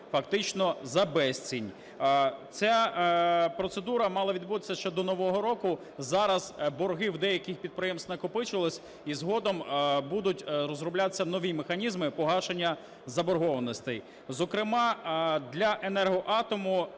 фактично за безцінь. Ця процедура мала відбутися ще до нового року. Зараз борги в деяких підприємств накопичились і згодом будуть розроблятися нові механізми погашення заборгованостей, зокрема для "Енергоатому"